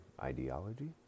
ideology